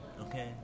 okay